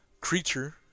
creature